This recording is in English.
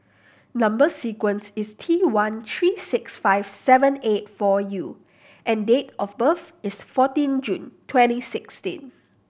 number sequence is T one three six five seven eight four U and date of birth is fourteen June twenty sixteen